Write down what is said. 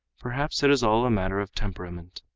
perhaps it is all a matter of temperament.